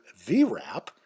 VRAP